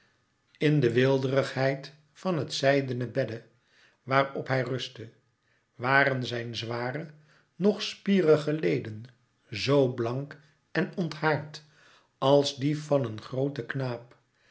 in de weelderigheid van het zijdene bedde waar op hij rustte waren zijn zware nog spierige leden zoo blank en onthaard als die van een grooten knaap